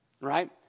Right